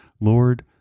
Lord